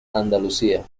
andalucía